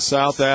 South